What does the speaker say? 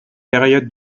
période